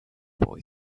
boy